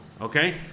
okay